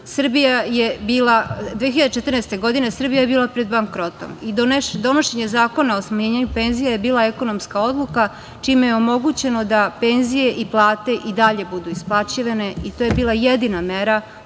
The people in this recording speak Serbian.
2014. Srbija je bila pred bankrotom. Donošenje Zakona o smanjenju penzija je bila ekonomska odluka čime je omogućeno da penzije i plate i dalje budu isplaćivane. To je bila jedina mera